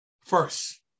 first